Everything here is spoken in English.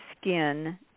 skin